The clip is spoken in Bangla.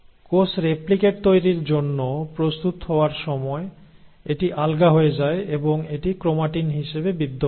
কোষ রেপ্লিকেট তৈরির জন্য প্রস্তুত হওয়ার সময় এটি আলগা হয়ে যায় এবং এটি ক্রোম্যাটিন হিসাবে বিদ্যমান